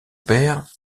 père